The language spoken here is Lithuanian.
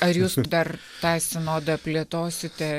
ar jūs dar tą sinodą plėtosite